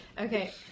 Okay